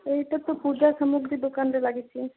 ଏଇଟା ତ ପୂଜା ସାମଗ୍ରୀ ଦୋକାନରେ ଲାଗିଛି